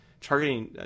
targeting